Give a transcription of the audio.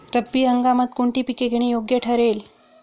रब्बी हंगामात कोणती पिके घेणे योग्य ठरेल?